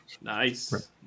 Nice